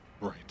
Right